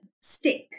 stick